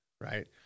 right